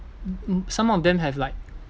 mm some of them have like